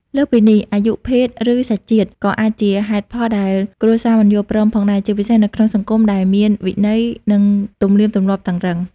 លើសពីនេះ អាយុ ភេទ ឬសញ្ជាតិ ក៏អាចជាហេតុផលដែលគ្រួសារមិនយល់ព្រមផងដែរ ជាពិសេសនៅក្នុងសង្គមដែលមានវិន័យ និងទំនៀមទម្លាប់តឹងរ៉ឹង។